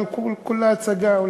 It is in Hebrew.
אבל כולה הצגה,